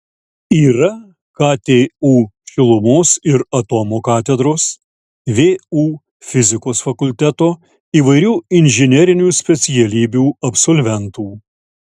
yra ktu šilumos ir atomo katedros vu fizikos fakulteto įvairių inžinerinių specialybių absolventų